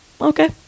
okay